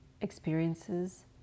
experiences